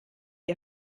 ihr